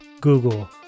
Google